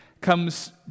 comes